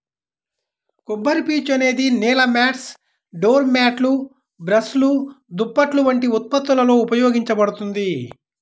కొబ్బరిపీచు అనేది నేల మాట్స్, డోర్ మ్యాట్లు, బ్రష్లు, దుప్పట్లు వంటి ఉత్పత్తులలో ఉపయోగించబడుతుంది